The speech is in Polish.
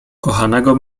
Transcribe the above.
kochanego